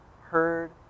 heard